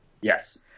yes